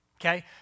okay